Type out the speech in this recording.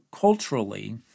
culturally